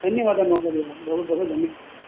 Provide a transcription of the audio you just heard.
धन्यवादः महोदय बहु धन्यवादः